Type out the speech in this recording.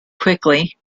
quickly